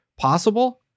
possible